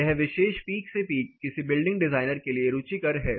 यह विशेष पीक से पीक किसी बिल्डिंग डिज़ाइनर के लिए रुचिकर है